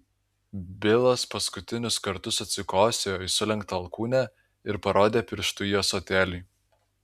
bilas paskutinius kartus atsikosėjo į sulenktą alkūnę ir parodė pirštu į ąsotėlį